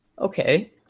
okay